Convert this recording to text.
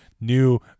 new